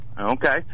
Okay